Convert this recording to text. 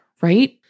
right